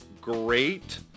great